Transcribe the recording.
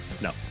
no